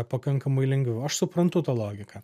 pakankamai lengviau aš suprantu tą logiką